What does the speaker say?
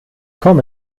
komm